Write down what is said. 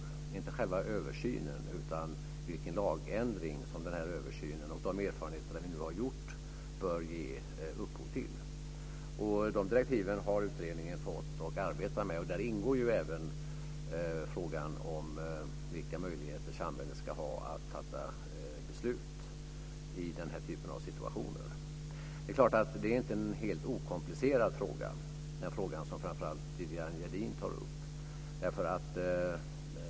Det gäller inte själva översynen utan vilken lagändring som den här översynen och de erfarenheter som vi nu har fått bör ge upphov till. De direktiven har utredningen fått att arbeta med, och där ingår ju även frågan om vilka möjligheter samhället ska ha att fatta beslut i den här typen av situationer. Det är klart att den fråga som framför allt Viviann Gerdin tar upp inte är helt okomplicerad.